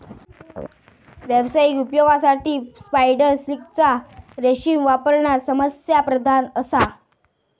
व्यावसायिक उपयोगासाठी स्पायडर सिल्कचा रेशीम वापरणा समस्याप्रधान असा